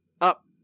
up